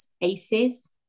ACEs